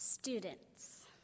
Students